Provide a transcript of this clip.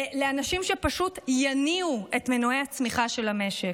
לאנשים שפשוט יניעו את מנועי הצמיחה של המשק.